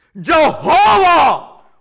Jehovah